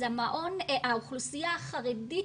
אז האוכלוסייה החרדית,